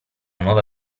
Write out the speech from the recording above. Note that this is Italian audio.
nuova